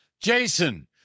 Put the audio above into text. Jason